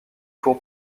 court